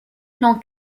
plan